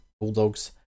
Bulldogs